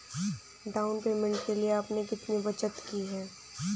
Down payment के लिए आपने कितनी बचत की है?